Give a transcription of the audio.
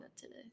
today